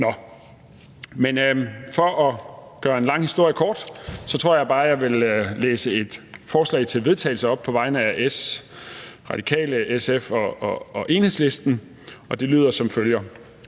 har. For at gøre en lang historie kort tror jeg, at jeg bare vil læse et forslag til vedtagelse op på vegne af Socialdemokratiet, Radikale, SF og Enhedslisten, og det lyder som følger: